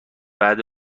بعد